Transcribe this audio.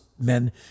men